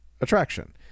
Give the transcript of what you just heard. attraction